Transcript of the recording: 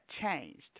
changed